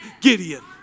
Gideon